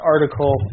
article